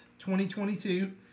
2022